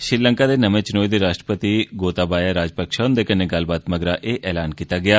श्रीलंका दे नमें चुनोए दे राष्ट्रपति गोताबाया राजपक्षा हन्दे कन्नै गल्लबात मगरा ए ऐलान कीता गेया